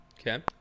Okay